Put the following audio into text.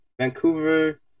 Vancouver